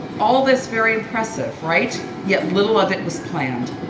all this very impressive, right? yet, little of it was planned.